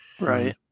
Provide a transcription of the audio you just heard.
right